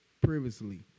previously